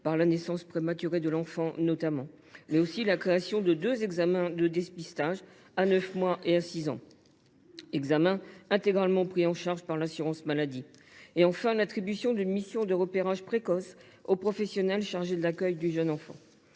par la naissance prématurée de l’enfant, la création de deux examens de dépistage à 9 mois et à 6 ans, intégralement pris en charge par l’assurance maladie et, enfin, l’attribution d’une mission de repérage précoce aux professionnels chargés de l’accueil du jeune enfant.